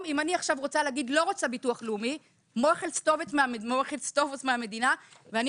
אם אני עכשיו רוצה להגיד לא רוצה ביטוח לאומי מהמדינה ואני